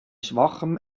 schwachem